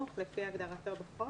כן, בבקשה.